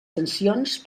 sancions